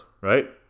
right